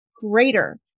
greater